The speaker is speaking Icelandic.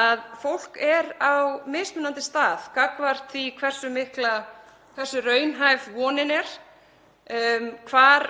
að fólk er á mismunandi stað gagnvart því hversu raunhæf vonin er, hverjar